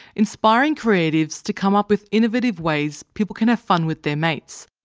inspiring creatives to come up with innovative ways people can have fun with their mates.